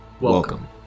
Welcome